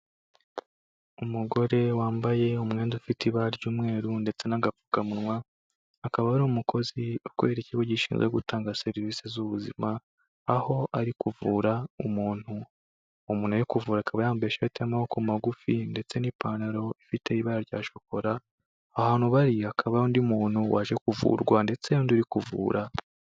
Umugore wambaye umwenda ufite ibara ry'umweru ndetse n'agapfukamunwa, akaba ari umukozi ukorera ikigo gishinzwe gutanga serivisi z'ubuzima, aho ari kuvura umuntu, umuntu ari kuvura akaba yambaye ishati y'amaboko magufi ndetse n'ipantaro ifite ibara rya shokora, ahantu bari hakaba hari undi muntu waje kuvurwa ndetse hari undi uri kuvura.